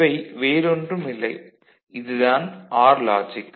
இவை வேறொன்றுமில்லை இது தான் ஆர் லாஜிக்